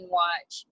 watch